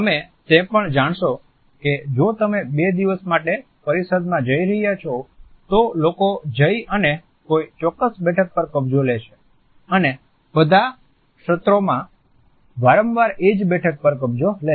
તમે તે પણ જાણશો કે જો તમે 2 દિવસ માટે પરિષદમાં જઈ રહ્યા છો તો લોકો જઈ અને કોઈ ચોક્કસ બેઠક પર કબજો લે છે અને બધા સત્રોમાં વારંવાર એ જ બેઠક પર કબજો લે છે